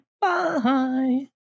Bye